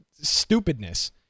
stupidness